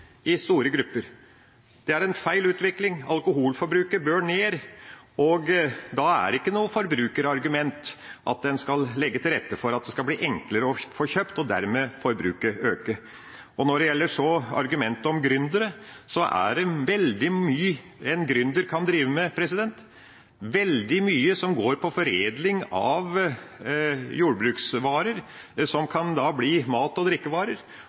i store grupper. Det er en feil utvikling, alkoholforbruket bør ned, og da er det ikke noe forbrukerargument at en skal legge til rette for at det skal bli enklere å få kjøpt – og forbruket dermed øker. Når det så gjelder argumentet om gründere, er det veldig mye en gründer kan drive med – veldig mye som går på foredling av jordbruksvarer som kan bli mat og drikkevarer.